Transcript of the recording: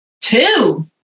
Two